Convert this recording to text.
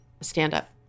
stand-up